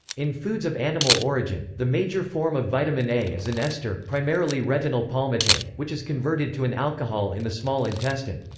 in foods of animal origin, the major form of vitamin a is an ester, primarily retinyl palmitate, which is converted to an alcohol in the small intestine.